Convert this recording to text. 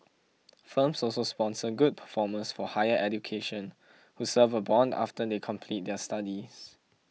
firms also sponsor good performers for higher education who serve a bond after they complete their studies